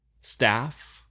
staff